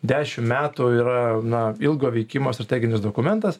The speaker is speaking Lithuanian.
dešim metų yra na ilgo veikimo strateginis dokumentas